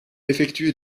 effectué